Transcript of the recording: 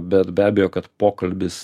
bet be abejo kad pokalbis